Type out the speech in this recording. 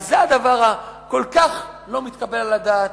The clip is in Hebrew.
וזה הדבר הכל-כך לא מתקבל על הדעת,